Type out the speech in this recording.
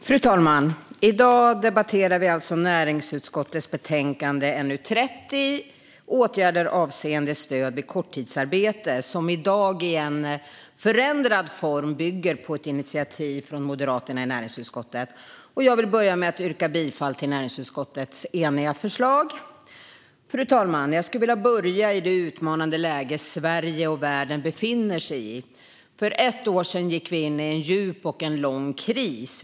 Fru talman! I dag debatterar vi näringsutskottets betänkande NU30, Åtgärder avseende stöd vid korttidsarbete , som i dag i en förändrad form bygger på ett initiativ från Moderaterna i näringsutskottet. Jag vill börja med att yrka bifall till näringsutskottets eniga förslag. Fru talman! Jag skulle vilja börja i det utmanande läge som Sverige och världen befinner sig i. För ett år sedan gick vi in i en djup och lång kris.